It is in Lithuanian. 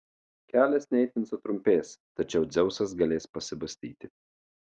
kelias ne itin sutrumpės tačiau dzeusas galės pasibastyti